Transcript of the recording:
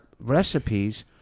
recipes